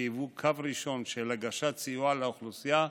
שהיו קו ראשון של הגשת סיוע לאוכלוסייה,